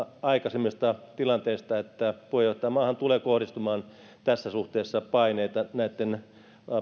aikaisemmista tilanteista että puheenjohtajamaahan tulee kohdistumaan tässä suhteessa paineita näitten